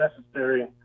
necessary